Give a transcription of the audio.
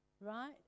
Right